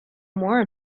more